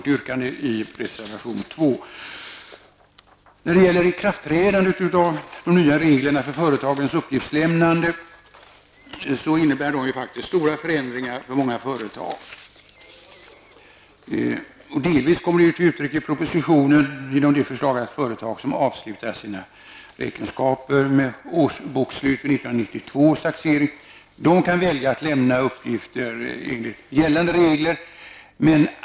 Vi har också en reservation, nr 3, som behandlar ikraftträdande av de nya reglerna för företagens uppgiftslämnande. Den föreslagna omläggningen i företagens uppgiftslämnande innebär stora förändringar för många företag. Detta kommer delvis till uttryck i propositionen genom förslaget att företag som avslutar sina räkenskaper med årsbokslut vid 1992 års taxering kan välja att lämna uppgifter enligt gällande regler.